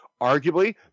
Arguably